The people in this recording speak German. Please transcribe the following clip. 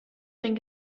den